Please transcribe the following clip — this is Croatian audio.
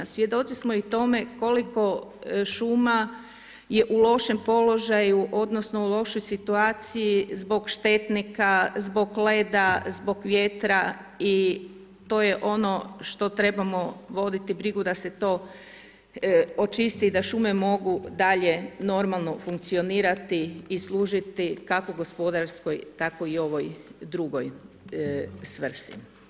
Svjedoci smo i tome koliko šuma je u lošem položaju, odnosno u lošoj situaciji zbog štetnika, zbog leda, zbog vjetra i to je ono što trebamo voditi brigu da se to očisti i da šume mogu dalje normalno funkcionirati i služiti kako gospodarskoj, tako i ovoj drugoj svrsi.